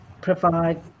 provide